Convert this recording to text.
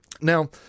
now